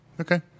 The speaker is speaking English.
Okay